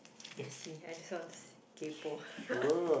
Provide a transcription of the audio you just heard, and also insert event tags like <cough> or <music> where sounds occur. let me see I just want to see kaypoh <laughs>